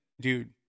dude